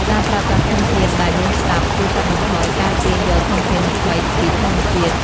ការប្រើប្រាស់ធនធានដែលមានស្រាប់ជួយកាត់បន្ថយការទាញយកធនធានថ្មីពីធម្មជាតិ។